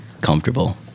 comfortable